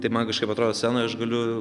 tai man kažkaip atrodo scenoj aš galiu